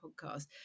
podcast